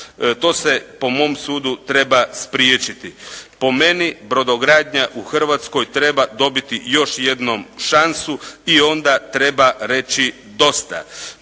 To se po mom sudu treba spriječiti. Po meni brodogradnja u Hrvatskoj treba dobiti još jednom šansu i onda treba reći dosta.